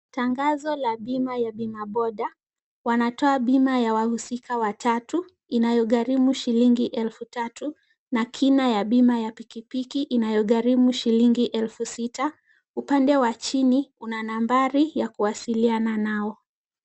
Tangazo la bima ya Bima boda, wanatoa bima ya wahusika watatu inayogharimu shilingi elfu tatu na kina ya bima ya pikipiki inayogharimu shilingi elfu sita. Upande wa chini kuna nambari ya kuwasiliana nao.